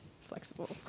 flexible